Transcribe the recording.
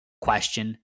question